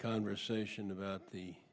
conversation about the